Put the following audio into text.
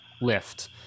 lift